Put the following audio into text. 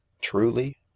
truly